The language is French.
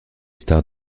stars